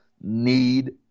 need